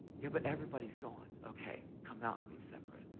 yeah, but everybody going. okay. come out and be separate.